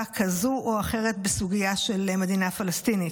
כזאת או אחרת בסוגיה של מדינה פלסטינית.